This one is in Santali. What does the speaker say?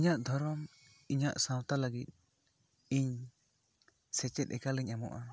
ᱤᱧᱟᱹᱜ ᱫᱷᱚᱨᱚᱢ ᱤᱧᱟᱹᱜ ᱥᱟᱶᱛᱟ ᱞᱟᱹᱜᱤᱫ ᱤᱧ ᱥᱮᱪᱮᱫ ᱮᱠᱟᱞᱤᱧ ᱮᱢᱚᱜᱼᱟ